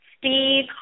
Steve